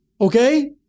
Okay